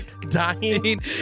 dying